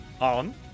On